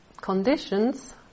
conditions